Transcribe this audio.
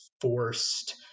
forced